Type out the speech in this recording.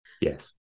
Yes